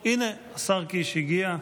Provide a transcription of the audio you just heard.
הינה, השר קיש הגיע.